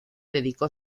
dedicó